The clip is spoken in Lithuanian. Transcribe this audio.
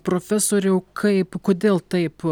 profesoriau kaip kodėl taip